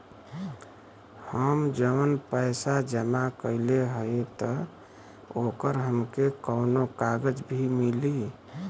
हम जवन पैसा जमा कइले हई त ओकर हमके कौनो कागज भी मिली?